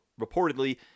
reportedly